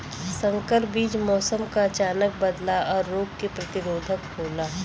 संकर बीज मौसम क अचानक बदलाव और रोग के प्रतिरोधक होला